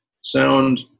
sound